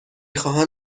خواهم